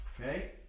Okay